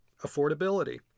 Affordability